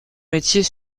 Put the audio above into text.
métiers